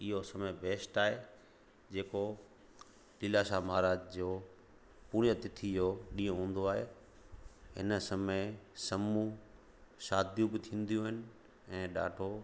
इहो समय बेस्ट आहे जेको तीलाशाह महाराज जो पुण्य तिथि जो ॾींहुं हूंदो आहे इन समय समूह शादियूं बि थींदियूं आहिनि ऐं ॾाढो